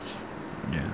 ya